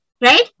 right